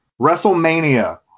WrestleMania